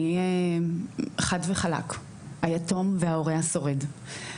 חד וחלק, היתום וההורה השורד.